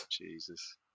Jesus